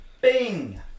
Bing